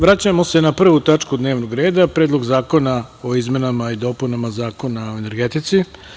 Vraćamo se na 1. tačku dnevnog reda – Predlog zakona o izmenama i dopunama Zakona o energetici.